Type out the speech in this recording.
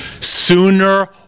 sooner